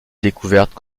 découverte